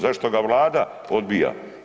Zašto ga Vlada odbija?